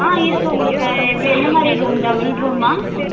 ஆ இருக்குது உங்களுக்கு வே எந்த மாதிரி ரூம் டபுள் ரூமா